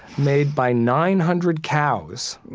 made by nine hundred cows.